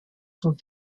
sont